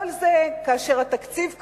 כל זה, כאשר התקציב כרגע,